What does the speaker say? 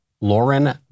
Lauren